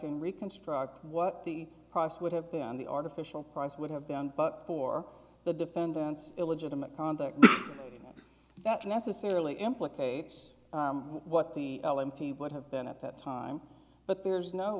and reconstruct what the process would have been the artificial price would have been but for the defendants illegitimate conduct that necessarily implicates what the l m t would have been at that time but there's no